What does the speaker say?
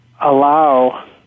allow